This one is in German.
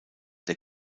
der